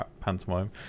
pantomime